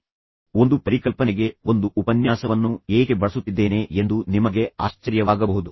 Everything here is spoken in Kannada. ಕಳೆದ ವಾರದಲ್ಲಿ ನೀವು ಅದನ್ನು ನೋಡಿದರೆ ನಾನು ಒಂದು ಪರಿಕಲ್ಪನೆಗೆ ಒಂದು ಉಪನ್ಯಾಸವನ್ನು ಏಕೆ ಬಳಸುತ್ತಿದ್ದೇನೆ ಎಂದು ನಿಮಗೆ ಆಶ್ಚರ್ಯವಾಗಬಹುದು